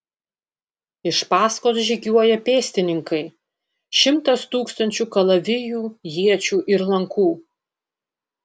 iš paskos žygiuoja pėstininkai šimtas tūkstančių kalavijų iečių ir lankų